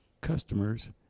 customers